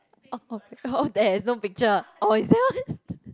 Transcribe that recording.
oh oh there's no picture oh is that [one]